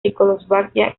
checoslovaquia